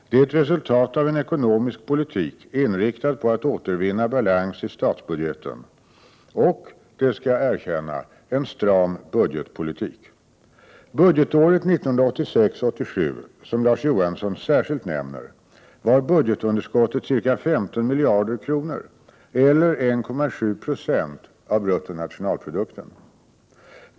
Det är ett resultat av en ekonomisk politik inriktad på att återvinna balans i statsbudgeten och, det skall jag erkänna, en stram budgetpolitik. Budgetåret 1986/87, som Larz Johansson särskilt nämner, var budgetunderskottet ca 15 miljarder kronor eller 1,7 96 av BNP.